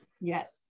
Yes